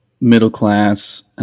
middle-class